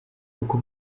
uko